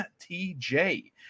TJ